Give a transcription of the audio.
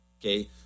Okay